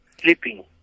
sleeping